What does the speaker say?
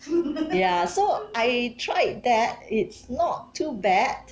ya so I tried that it's not too bad